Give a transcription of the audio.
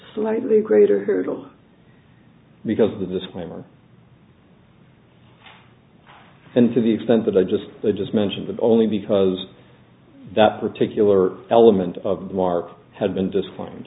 slightly greater because of the disclaimer and to the extent that i just they just mention that only because that particular element of mark had been disciplined